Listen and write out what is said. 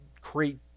create